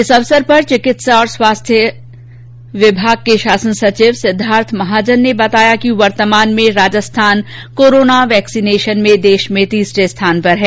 इस अवसर पर चिकित्सा और स्वास्थ्य विभाग के शासन सचिव सिद्धार्थ महाजन ने बताया कि वर्तमान में राजस्थान कोरोना वेक्सीनेशनल में देश में तीसरे स्थान पर है